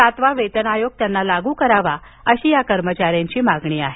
सातवा वेतन आयोग त्यांना लागू करावा अशी या कर्मचाऱ्यांची मागणी आहे